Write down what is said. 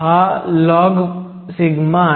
हा लॉगσ आहे